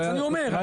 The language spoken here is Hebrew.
אז אני אומר,